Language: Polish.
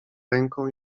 ręką